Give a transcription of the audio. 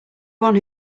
one